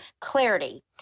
clarity